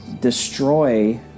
destroy